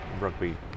rugby